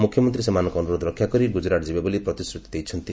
ମୁଖ୍ୟମନ୍ତୀ ସେମାନଙ୍କ ଅନୁରୋଧ ରକ୍ଷା କରି ଗୁଜୁରାଟ ଯିବେ ବୋଲି ପ୍ରତିଶ୍ରତି ଦେଇଥିଲେ